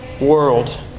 world